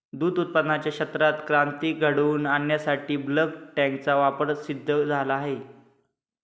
दूध उत्पादनाच्या क्षेत्रात क्रांती घडवून आणण्यासाठी बल्क टँकचा वापर सिद्ध झाला आहे